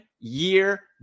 year